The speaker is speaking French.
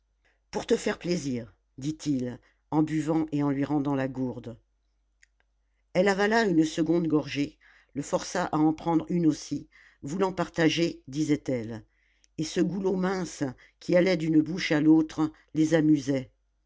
pour te faire plaisir dit-il en buvant et en lui rendant la gourde elle avala une seconde gorgée le força à en prendre une aussi voulant partager disait-elle et ce goulot mince qui allait d'une bouche à l'autre les amusait